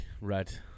red